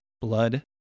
blood